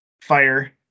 fire